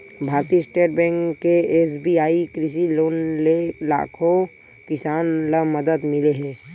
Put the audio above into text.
भारतीय state bank के SBI कृषि लोन ले लाखो किसान ल मदद मिले हे